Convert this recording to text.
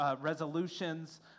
Resolutions